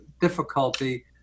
difficulty